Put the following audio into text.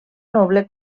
noble